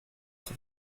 for